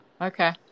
Okay